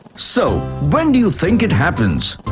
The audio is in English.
so when do you think it happens?